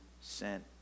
sent